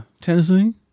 tennessee